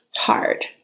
hard